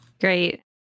Great